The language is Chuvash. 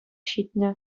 ҫитнӗ